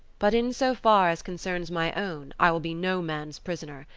but in so far as concerns my own i will be no man's prisoner,